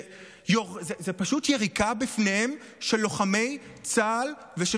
זו פשוט יריקה בפניהם של לוחמי צה"ל ושל